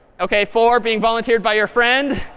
ok, four being volunteered by your friend.